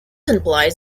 implies